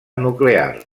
nuclear